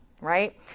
right